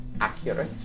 accurate